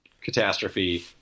catastrophe